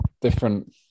different